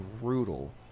brutal